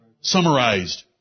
Summarized